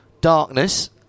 darkness